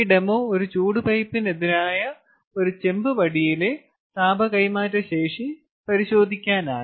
ഈ ഡെമോ ഒരു ചൂട് പൈപ്പിനെതിരായ ഒരു ചെമ്പ് വടിയിലെ താപ കൈമാറ്റ ശേഷി പരിശോധിക്കാനാണ്